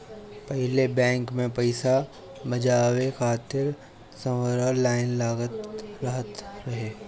पहिले बैंक में पईसा भजावे खातिर लमहर लाइन लागल रहत रहे